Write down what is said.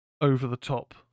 over-the-top